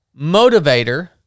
motivator